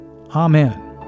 Amen